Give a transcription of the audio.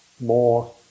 more